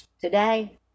today